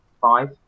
five